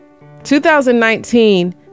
2019